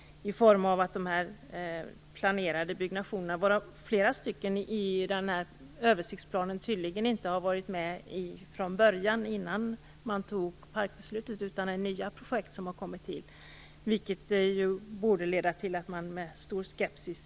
Flera av de planerade byggnationerna i översiktsplanen har tydligen inte varit med från början då man fattade parkbeslutet utan är nya projekt som har kommit till, vilket ju borde leda till att man ser på dem med stor skepsis.